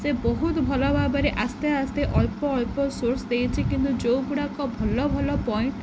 ସେ ବହୁତ ଭଲ ଭାବରେ ଆସ୍ତେ ଆସ୍ତେ ଅଳ୍ପ ଅଳ୍ପ ସୋର୍ସ ଦେଇଛି କିନ୍ତୁ ଯେଉଁଗୁଡ଼ାକ ଭଲ ଭଲ ପଏଣ୍ଟ